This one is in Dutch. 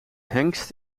hengst